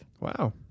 Wow